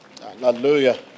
hallelujah